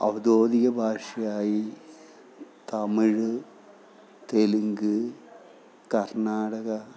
ഔദ്യോഗിക ഭാഷയായി തമിഴ് തെലുങ്ക് കർണാടക